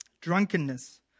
drunkenness